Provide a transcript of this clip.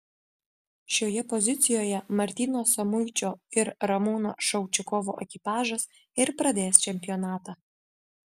šioje pozicijoje martyno samuičio ir ramūno šaučikovo ekipažas ir pradės čempionatą